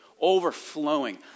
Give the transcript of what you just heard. overflowing